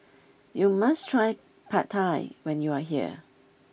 you must try Pad Thai when you are here